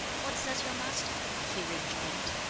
what says your master? he rejoined.